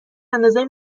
اندازه